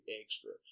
extra